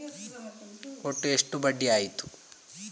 ಒಟ್ಟು ಎಷ್ಟು ಬಡ್ಡಿ ಆಯಿತು?